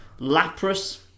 Lapras